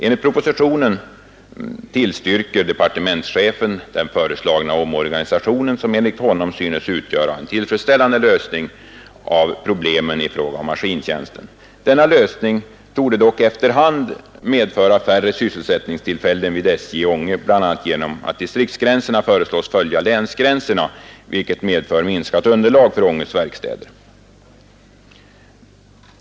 Enligt propositionen tillstyrker departementschefen den föreslagna omorganisationen, som enligt honom synes utgöra en tillfredsställande lösning av problemen i fråga om maskintjänsten. Denna lösning torde dock efter hand medföra färre sysselsättningstillfällen vid SJ i Ånge, bl.a. genom att distriktsgränserna föreslås följa länsgränserna, vilket medför minskat underlag för Ånges verkstäder.